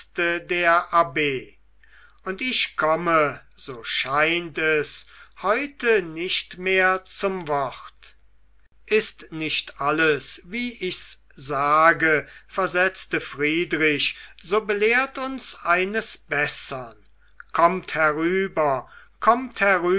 der abb und ich komme so scheint es heute nicht mehr zum wort ist nicht alles wie ich's sage versetzte friedrich so belehrt uns eines bessern kommt herüber kommt